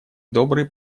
добрые